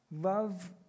Love